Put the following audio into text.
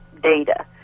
data